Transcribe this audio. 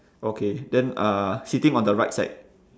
okay then uh sitting on the right side